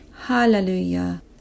Hallelujah